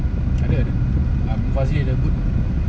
ada ada um fazil ada boot